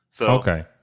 Okay